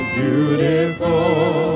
beautiful